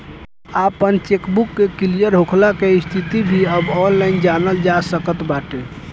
आपन चेकबुक के क्लियर होखला के स्थिति भी अब ऑनलाइन जनल जा सकत बाटे